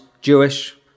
Jewish